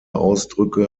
ausdrücke